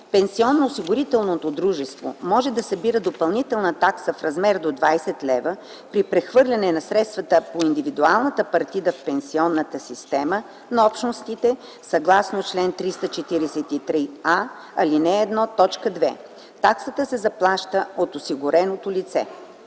Пенсионноосигурителното дружество може да събира допълнителна такса в размер до 20 лв. при прехвърляне на средствата по индивидуалната партида в пенсионната схема на Общностите съгласно чл. 343а, ал. 1, т. 2. Таксата се заплаща от осигуреното лице.”